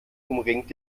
umringt